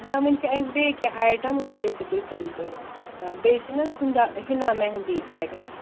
نہ وٕنۍ چھِ اَسہِ بیٚیہِ کیٚنہہ آیٹَم گۄڈٕ لیکھِو تُہۍ تِم تہِ بیٚیہِ چھِنہٕ حظ ہِنٛدا ہِنا مہندی پیکٮ۪ٹ